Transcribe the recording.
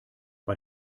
bei